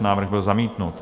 Návrh byl zamítnut.